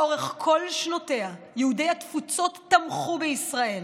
לאורך כל שנותיה, יהודי התפוצות תמכו בישראל,